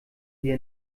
wir